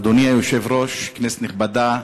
אדוני היושב-ראש, כנסת נכבדה,